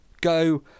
go